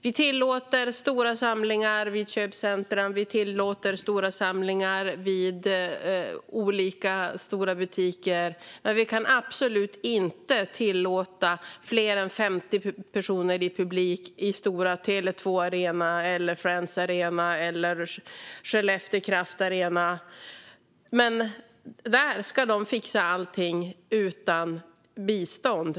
Vi tillåter stora samlingar i köpcentrum och butiker, men vi kan absolut inte tillåta fler än 50 personer i publiken i stora arenor som Tele 2, Friends eller Skellefteå Kraft. De ska dock fixa detta utan bistånd.